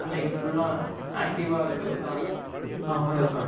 அன்னிக்கு ஃபுல்லாக ஆக்டிவ்வாக இருக்கிறதா நான் உணர்கிறேன்